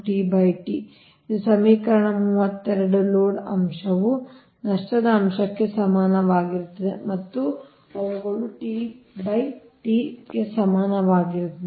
LF LLF ಇದು ಸಮೀಕರಣ 32 load ಅಂಶವು ನಷ್ಟದ ಅಂಶಕ್ಕೆ ಸಮಾನವಾಗಿರುತ್ತದೆ ಮತ್ತು ಅವುಗಳು ಸಮಾನವಾಗಿರುತ್ತದೆ